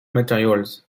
materials